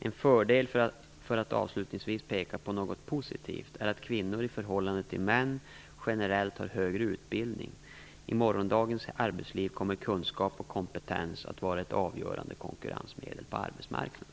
En fördel - för att avslutningsvis peka på något positivt - är att kvinnor i förhållande till män generellt har högre utbildning. I morgondagens arbetsliv kommer kunskap och kompetens att vara ett avgörande konkurrensmedel på arbetsmarknaden.